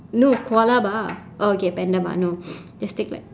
no koalapa oh okay panda bar no just take like